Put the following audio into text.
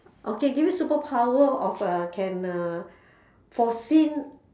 okay give you superpower of uh can uh foreseen